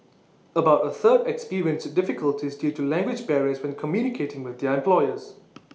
about A third experienced difficulties due to language barriers when communicating with their employers